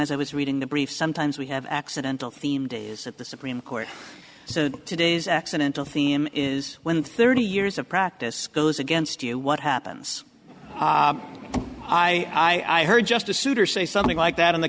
as i was reading the brief sometimes we have accidental theme days at the supreme court so today's accidental theme is when thirty years of practice goes against you what happens i heard justice souter say something like that in the